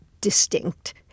distinct